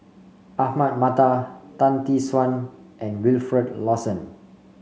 Ahmad Mattar Tan Tee Suan and Wilfed Lawson